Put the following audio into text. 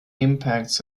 impacts